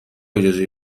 اجازه